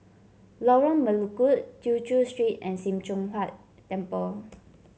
Lorong Melukut Tew Chew Street and Sim Choon Huat Temple